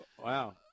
Wow